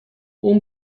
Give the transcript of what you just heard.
اون